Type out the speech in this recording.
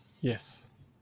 Yes